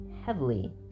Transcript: heavily